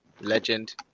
legend